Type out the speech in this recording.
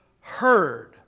heard